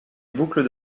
boucles